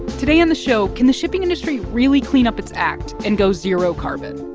today on the show, can the shipping industry really clean up its act and go zero carbon?